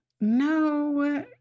no